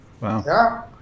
Wow